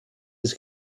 das